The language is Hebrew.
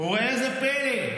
וראה זה פלא,